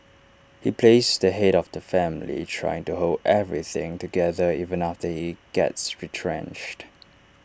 he plays the Head of the family trying to hold everything together even after he gets retrenched